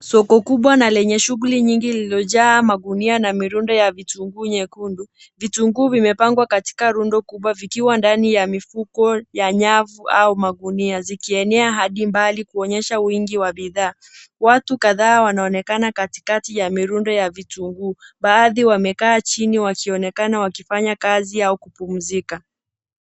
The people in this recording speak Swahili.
Soko kubwa na lenye shughuli nyingi lilojaa magunia na mirundo ya vitungu nyekundu, vitunguu vimepangwa katika rundo kubwa zikiwa ndani ya mifuko ya nyavu au magunia. Zikienea hadi mbali kuonyesha wingi wa bithaa. Watu kadhaa wanaonekana katikati ya mirundo ya vitunguu. Baadhi wamekaa chini wakionekana wakifanya kazi au kupumuzika.